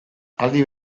aldi